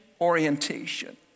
orientation